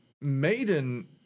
Maiden